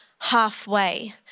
halfway